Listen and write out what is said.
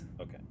Okay